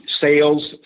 sales